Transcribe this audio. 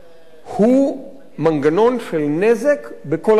הוא מנגנון של נזק בכל המישורים.